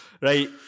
Right